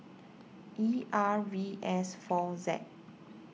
E R V S four Z